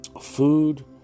food